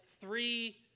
three